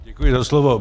Děkuji za slovo.